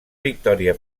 victòria